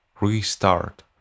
restart